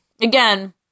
Again